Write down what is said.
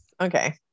okay